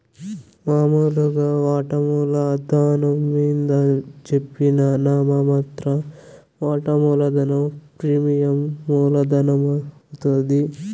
మామూలుగా వాటామూల ధనం మింద జెప్పిన నామ మాత్ర వాటా మూలధనం ప్రీమియం మూల ధనమవుద్ది